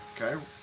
Okay